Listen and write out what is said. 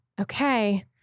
okay